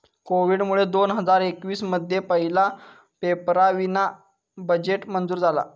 कोविडमुळे दोन हजार एकवीस मध्ये पहिला पेपरावीना बजेट मंजूर झाला